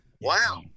Wow